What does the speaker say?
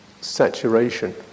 saturation